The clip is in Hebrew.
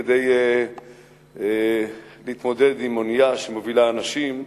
כדי להתמודד עם אונייה שמובילה אנשים,